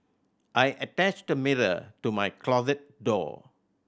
I attached a mirror to my closet door